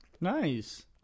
Nice